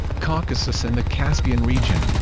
caucasus and the caspian region